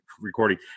recording